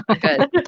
Good